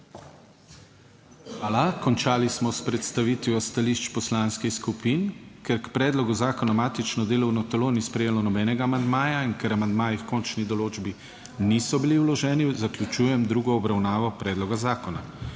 Hvala. Končali smo s predstavitvijo stališč poslanskih skupin. Ker k predlogu zakona matično delovno telo ni sprejelo nobenega amandmaja in ker amandmaji h končni določbi niso bili vloženi, zaključujem drugo obravnavo predloga zakona.